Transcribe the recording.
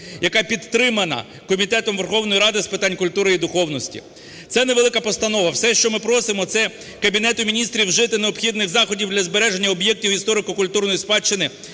яка підтримана Комітетом Верховної Ради з питань культури і духовності. Це невелика постанова, все, що ми просимо, - це Кабінету Міністрів вжити необхідних заходів для збереження об'єктів історико-культурної спадщини